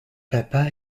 papas